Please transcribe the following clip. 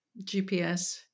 GPS